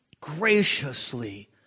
graciously